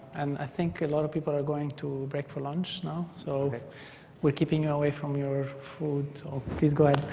i think a lot of people are going to break for lunch now, so we're keeping you away from your food, so please go ahead.